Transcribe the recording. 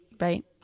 right